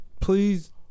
Please